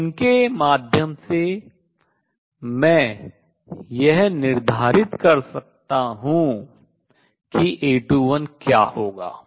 तो इनके माध्यम से मैं यह निर्धारित कर सकता हूँ कि A21 क्या होगा